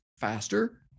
faster